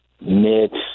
mid